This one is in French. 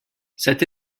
cette